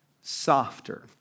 softer